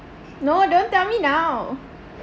no don't tell me now